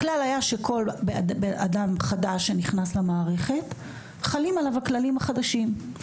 הכלל היה שכל עובד חדש שנכנס למערכת חלים עליו הכללים החדשים.